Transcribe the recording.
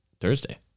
Thursday